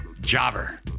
Jobber